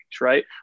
right